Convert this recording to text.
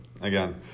again